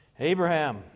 Abraham